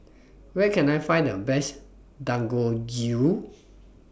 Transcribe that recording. Where Can I Find The Best Dangojiru